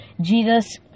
Jesus